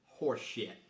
Horseshit